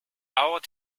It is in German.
auch